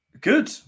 Good